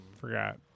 Forgot